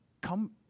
Come